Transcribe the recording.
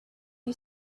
you